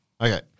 Okay